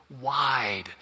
wide